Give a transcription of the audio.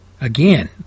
Again